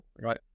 right